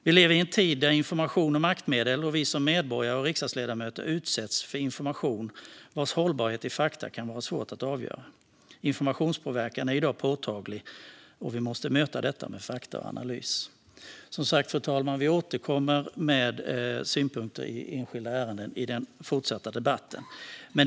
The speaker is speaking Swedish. Vi lever i en tid då information är maktmedel, och vi som medborgare och riksdagsledamöter utsätts för information vars hållbarhet kan vara svår att avgöra. Informationspåverkan är i dag påtaglig. Vi måste möta detta med hjälp av fakta och analys. Fru talman! Vi återkommer som sagt med synpunkter i fråga om enskilda ärenden i den fortsatta debatten.